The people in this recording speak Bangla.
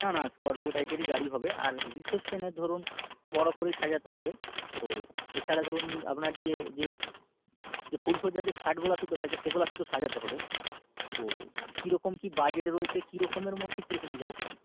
না না স্করপিও টাইপেরই গাড়ি হবে আর রিসেপশনে ধরুন বড় করেই সাজাতে হবে তো এছাড়া ধরুন আপনার যে যে যে ফুলশয্যার যে খাটগুলো সুদ্ধ থাকে সেগুলো সুদ্ধ সাজাতে হবে তো কীরকম কী বাজেট রয়েছে কী রকমের মধ্যে কী রকম কী চাইছেন